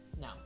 no